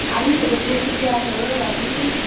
आनींग खंयच्यो प्लेसी बी आसा थंय लागीं